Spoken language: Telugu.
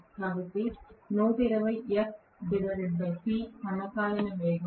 కాబట్టి సమకాలిక వేగం